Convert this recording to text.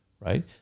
right